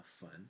fun